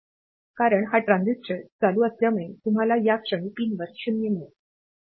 कारण हा ट्रान्झिस्टर चालू असल्यामुळे तुम्हाला या क्षणी पिनवर 0 मिळेल